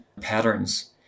patterns